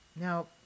Now